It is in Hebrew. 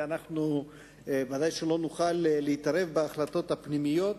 ואנחנו ודאי שלא נוכל להתערב בהחלטות הפנימיות.